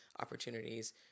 opportunities